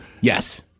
Yes